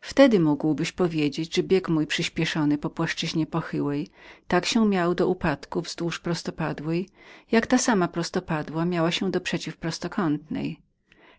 wtedy mógłbyś pan był powiedzieć że bieg mój przyśpieszony po płaszczyznie pochyłej tak się miał do tej którą obrałem padając wzdłuż prostopadłej jak ta sama prostopadła miała się do hypotenuzy